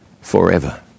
forever